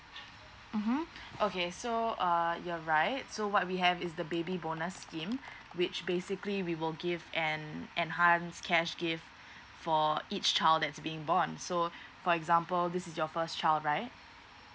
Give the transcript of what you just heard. mmhmm okay so err you're right so what we have is the baby bonus scheme which basically we will give and enhance cash gift for each child that's being born so for example this is your first child right